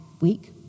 week